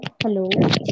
Hello